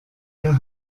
der